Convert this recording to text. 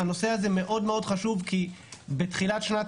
הנושא הזה הוא מאוד מאוד חשוב כי בתחילת שנת